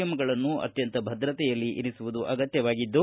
M ಗಳನ್ನು ಅತ್ತಂತ ಭದ್ರತೆಯಲ್ಲಿ ಇರಿಸುವುದು ಅಗತ್ತವಾಗಿದ್ದು